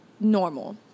normal